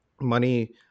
money